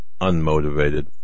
unmotivated